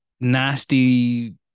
nasty